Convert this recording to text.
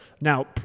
Now